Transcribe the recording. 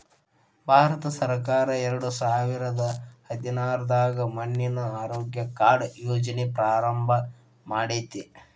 ಭಾರತಸರ್ಕಾರ ಎರಡಸಾವಿರದ ಹದಿನೈದ್ರಾಗ ಮಣ್ಣಿನ ಆರೋಗ್ಯ ಕಾರ್ಡ್ ಯೋಜನೆ ಪ್ರಾರಂಭ ಮಾಡೇತಿ